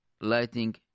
lighting